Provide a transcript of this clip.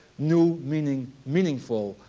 new meaning meaningful,